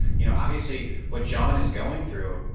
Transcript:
you know, obviously what john is going through,